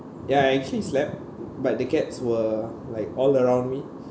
ya I actually slept but the cats were like all around me